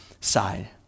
side